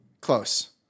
close